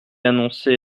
annoncé